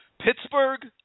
Pittsburgh